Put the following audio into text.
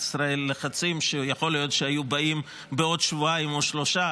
ישראל לחצים שיכול להיות שהיו באים בעוד שבועיים או שלושה